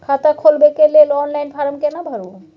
खाता खोलबेके लेल ऑनलाइन फारम केना भरु?